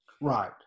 Right